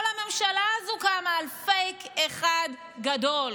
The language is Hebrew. כל הממשלה הזו קמה על פייק אחד גדול.